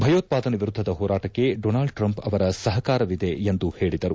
ಭಯೋತ್ತಾದನೆ ಎರುದ್ದದ ಹೋರಾಟಕ್ಕೆ Donald Trump ಅವರ ಸಪಕಾರವಿದೆ ಎಂದು ಹೇಳಿದರು